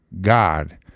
God